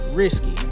risky